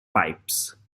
pipes